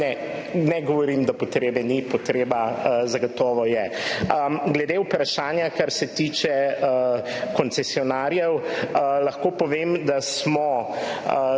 Ne govorim, da potrebe ni, potreba zagotovo je. Glede vprašanja, ki se tiče koncesionarjev, lahko povem, da smo, kar